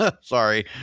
Sorry